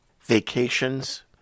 vacations